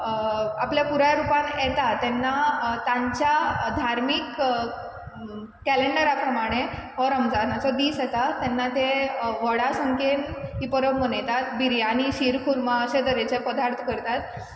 आपल्या पुराय रुपान येता तेन्ना तांच्या धार्मीक कॅलेंडरा प्रमाणें हो रमजानाचो दीस येता तेन्ना ते व्हडा संख्येन ही परब मनयतात बिर्याणी शिरखुर्मा अशें तरेचे पदार्थ करतात